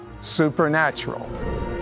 Supernatural